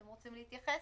אתם רוצים להתייחס?